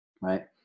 right